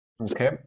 okay